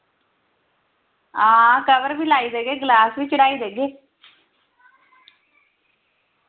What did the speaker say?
हां कवर बी लाई देगे ग्लास बी चढ़ाई देगे